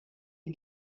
die